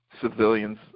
civilians